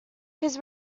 his